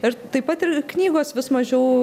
ir taip pat ir knygos vis mažiau